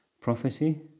prophecy